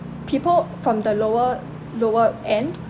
people from the lower lower end